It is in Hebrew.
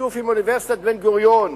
בשיתוף עם אוניברסיטת בן-גוריון,